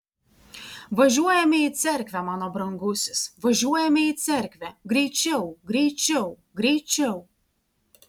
važiuojame į cerkvę mano brangusis važiuojame į cerkvę greičiau greičiau greičiau